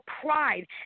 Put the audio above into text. pride